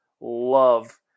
love